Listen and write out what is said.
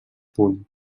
punt